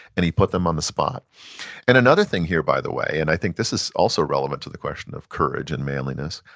and he put them on the spot and another thing here, by the way, and i think this is also relevant to the question of courage and manliness,